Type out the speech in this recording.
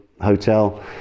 Hotel